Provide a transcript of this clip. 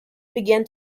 began